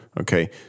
okay